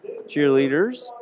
cheerleaders